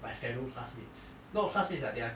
my fellow classmates not classmates ah they are